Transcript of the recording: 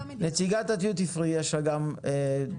נציגת הדיוטי פרי יש לה גם דאגות.